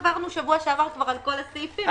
עברנו שבוע שעבר על כל הסעיפים.